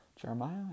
Jeremiah